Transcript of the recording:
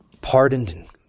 pardoned